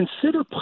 consider